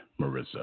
Marissa